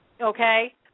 Okay